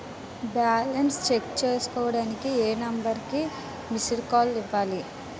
Balance check చేసుకోవటానికి ఏ number కి మిస్డ్ కాల్ ఇవ్వాలి?